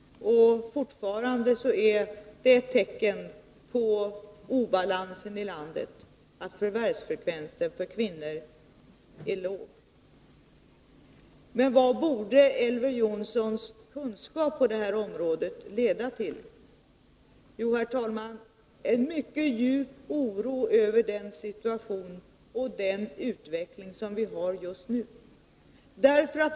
Det är ett tecken på obalansen i landet att förvärvsfrekvensen för kvinnor är låg i vissa områden. Men vad borde Elver Jonssons kunskap på detta område leda till? Jo, herr talman, en mycket djup oro över den situation och den utveckling som vi har just nu.